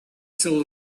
till